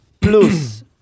plus